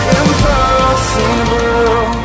impossible